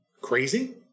Crazy